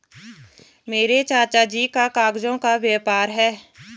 मेरे चाचा जी का कागजों का व्यापार है